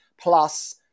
plus